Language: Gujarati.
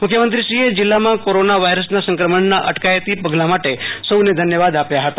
મુખ્યમંત્રીશ્રીએ જિલ્લામાં કોરોના વાયરસના સંક્રમણના અટકાયતી પગલાં માટે સૌને ધન્યવાદ આપ્યા હતા